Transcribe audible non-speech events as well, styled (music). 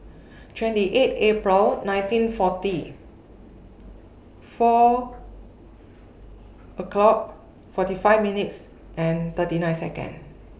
(noise) twenty eight April nineteen forty four o'clock forty five minutes and thirty nine Seconds